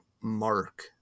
mark